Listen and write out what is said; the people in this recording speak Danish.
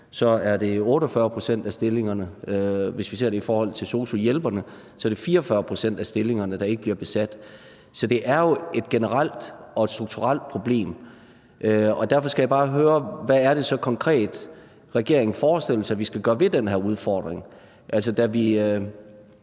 er det 48 pct. af stillingerne, og hvis vi ser på sosu-hjælperne, er det 44 pct. af stillingerne, der ikke bliver besat. Så det er jo et generelt og strukturelt problem. Derfor skal jeg bare høre: Hvad er det konkret, regeringen forestiller sig vi skal gøre ved den her udfordring?